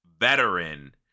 veteran